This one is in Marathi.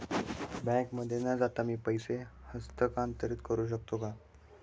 बँकेमध्ये न जाता मी पैसे हस्तांतरित करू शकतो का?